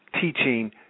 Teaching